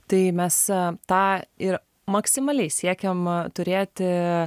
tai mestą ir maksimaliai siekiam turėti